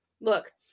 look